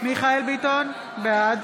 ולדימיר בליאק, בעד